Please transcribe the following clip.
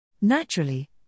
Naturally